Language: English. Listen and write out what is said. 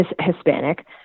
Hispanic